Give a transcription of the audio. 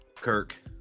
Kirk